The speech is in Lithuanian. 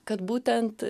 kad būtent